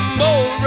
more